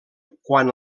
quan